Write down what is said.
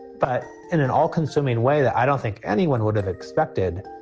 but in an all consuming way that i don't think anyone would have expected.